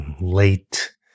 late